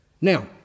Now